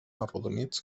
arrodonits